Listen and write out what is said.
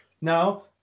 now